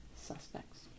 Suspects